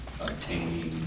obtaining